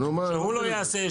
שהוא לא יעשה,